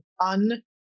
un